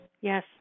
Yes